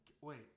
Wait